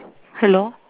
hello